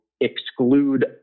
exclude